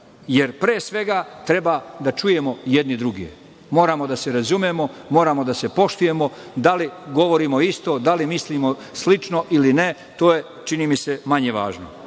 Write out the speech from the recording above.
jer pre svega, treba da čujemo jedni druge. Moramo da se razumemo, moramo da se poštujemo, da li govorimo isto, da li mislimo slično ili ne, to je, čini mi se, manje važno. Odbor